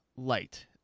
light